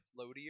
floatier